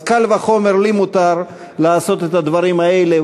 אז קל וחומר לי מותר לעשות את הדברים האלה,